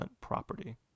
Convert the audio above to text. property